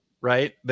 right